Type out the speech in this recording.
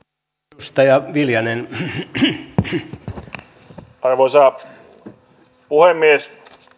ottelusta ja viljanen hki kaksi ja arvo saksan puolen miest